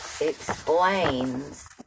explains